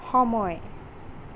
সময়